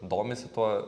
domisi tuo